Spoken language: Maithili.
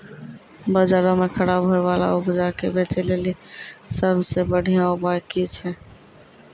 बजारो मे खराब होय बाला उपजा के बेचै लेली सभ से बढिया उपाय कि छै?